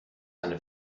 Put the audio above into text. eine